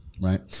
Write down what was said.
Right